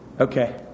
Okay